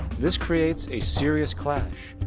this creates a serious clash,